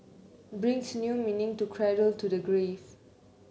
brings new meaning to cradle to the grave